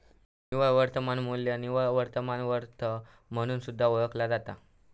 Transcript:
निव्वळ वर्तमान मू्ल्य निव्वळ वर्तमान वर्थ म्हणून सुद्धा ओळखला जाता